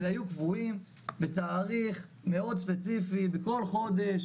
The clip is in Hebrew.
אלא יהיו קבועים בתאריך מאוד ספציפי בכל חודש,